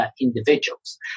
individuals